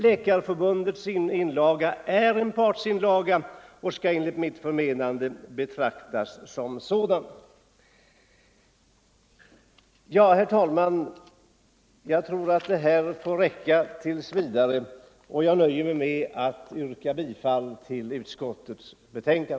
Läkarförbundets inlaga är en partsinlaga och skall enligt min mening betraktas som en sådan. Herr talman! Det här får räcka tills vidare; jag nöjer mig med att nu yrka bifall till utskottets hemställan.